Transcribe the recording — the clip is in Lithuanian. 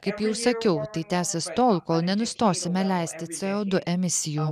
kaip jau sakiau tai tęsis tol kol nenustosime leisti c o du emisijų